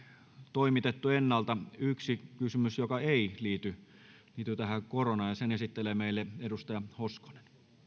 toimitettu ennalta yksi kysymys joka ei liity koronaan ja sen esittelee meille edustaja hoskonen arvoisa herra